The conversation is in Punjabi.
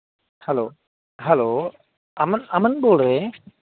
ਹੈਲੋ ਹੈਲੋ ਅਮਨ ਅਮਨ ਬੋਲ ਰਹੇ